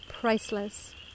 priceless